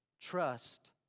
trust